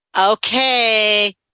Okay